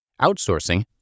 Outsourcing